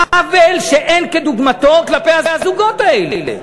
עוול שאין כדוגמתו כלפי הזוגות האלה.